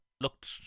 looked